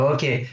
Okay